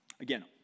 Again